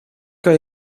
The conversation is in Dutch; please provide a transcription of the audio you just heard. kan